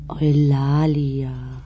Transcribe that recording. Eulalia